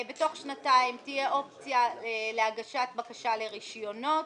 תוך שנתיים תהיה אופציה להגשת בקשה לרישיונות.